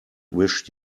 wish